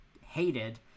hated